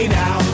now